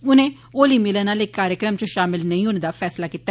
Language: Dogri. उनें होली मिलन आले कार्यक्रम च शामल नेंई होने दा फैसला कीता